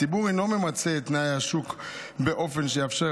הציבור אינו ממצה את תנאי השוק באופן שיאפשר